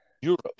Europe